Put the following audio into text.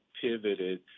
pivoted